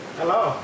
hello